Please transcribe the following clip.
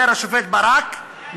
אומר השופט ברק,